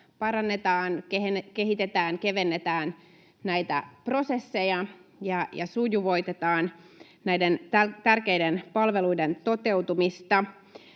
parannetaan, kehitetään, kevennetään näitä prosesseja ja sujuvoitetaan näiden tärkeiden palveluiden toteutumista.